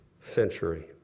century